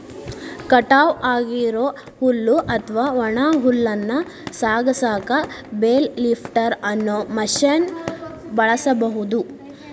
ಕಟಾವ್ ಆಗಿರೋ ಹುಲ್ಲು ಅತ್ವಾ ಒಣ ಹುಲ್ಲನ್ನ ಸಾಗಸಾಕ ಬೇಲ್ ಲಿಫ್ಟರ್ ಅನ್ನೋ ಮಷೇನ್ ಬಳಸ್ಬಹುದು